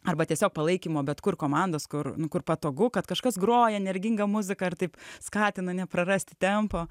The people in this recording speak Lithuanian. arba tiesiog palaikymo bet kur komandos kur kur patogu kad kažkas groja energingą muziką ar taip skatina neprarasti tempo